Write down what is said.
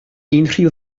unrhyw